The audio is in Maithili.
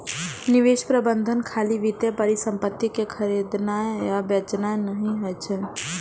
निवेश प्रबंधन खाली वित्तीय परिसंपत्ति कें खरीदनाय आ बेचनाय नहि होइ छै